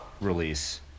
release